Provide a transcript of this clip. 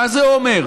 מה זה אומר?